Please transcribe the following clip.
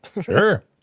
sure